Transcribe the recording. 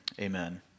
amen